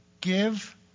give